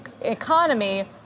economy